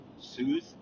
soothe